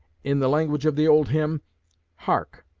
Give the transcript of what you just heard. in the language of the old hymn hark!